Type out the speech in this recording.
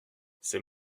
c’est